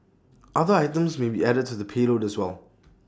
other items may be added to the payload as well